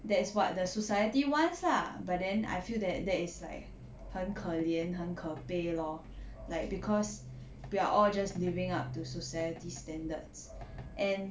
that's what the society wants lah but then I feel that that is like 很可怜很可悲 lor like cause we are all just living up to society's standards and